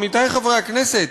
עמיתי חברי הכנסת,